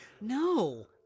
no